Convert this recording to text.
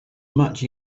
much